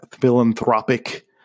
philanthropic